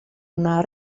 una